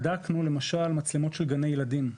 בדקנו מצלמות של גני ילדים,